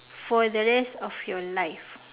for the rest of your life